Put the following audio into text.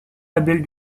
labels